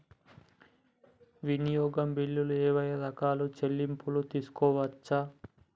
వినియోగ బిల్లులు ఏమేం రకాల చెల్లింపులు తీసుకోవచ్చు?